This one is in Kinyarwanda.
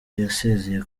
yasezeye